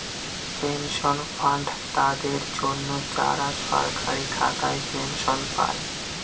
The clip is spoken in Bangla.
পেনশন ফান্ড তাদের জন্য, যারা সরকারি খাতায় পেনশন পায়